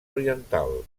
oriental